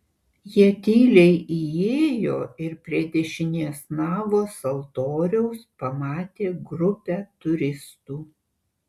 jie tyliai įėjo ir prie dešinės navos altoriaus pamatė grupę turistų